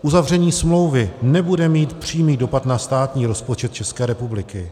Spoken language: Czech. Uzavření smlouvy nebude mít přímý dopad na státní rozpočet České republiky.